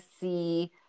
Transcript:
see